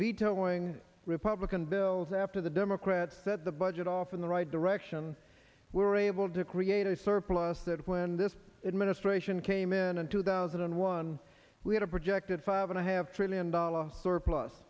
vetoing republican bills after the democrats that the budget off in the right direction we were able to create a surplus that when this administration came in in two thousand and one we had a projected five and i have trillion dollars surplus